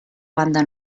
banda